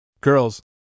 Girls